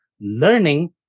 learning